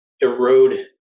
erode